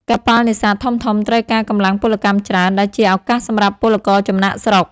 កប៉ាល់នេសាទធំៗត្រូវការកម្លាំងពលកម្មច្រើន ដែលជាឱកាសសម្រាប់ពលករចំណាកស្រុក។